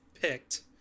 picked